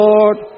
Lord